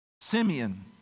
Simeon